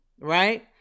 right